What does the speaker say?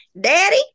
Daddy